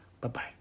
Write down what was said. Bye-bye